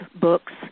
books